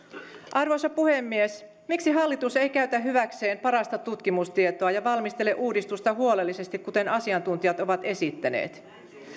arvoisa puhemies miksi hallitus ei käytä hyväkseen parasta tutkimustietoa ja valmistele uudistusta huolellisesti kuten asiantuntijat ovat esittäneet